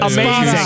Amazing